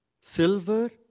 silver